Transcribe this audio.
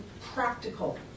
practical